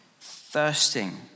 thirsting